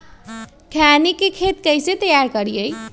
खैनी के खेत कइसे तैयार करिए?